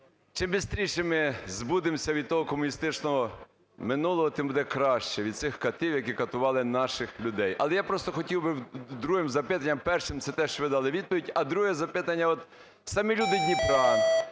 чим бистріше ми збудемося від того комуністичного минулого, тим буде краще, від цих катів, які катували наших людей. Але я просто хотів би другим запитанням, перше – це те, що ви дали відповідь, а друге запитання: от самі люди Дніпра,